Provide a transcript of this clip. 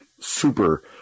super